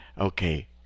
Okay